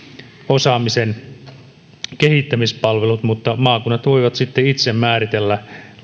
osaamisen kehittämispalvelut mutta maakunnat voivat sitten itse määritellä